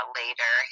later